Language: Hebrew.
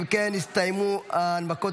אם כן, הסתיימו ההנמקות